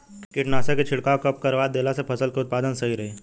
कीटनाशक के छिड़काव कब करवा देला से फसल के उत्पादन सही रही?